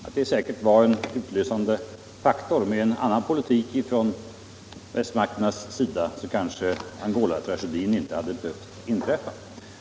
Det var säkert en utlösande faktor. Med en annan politik från västmakternas sida kanske Angolatragedin inte hade behövt inträffa.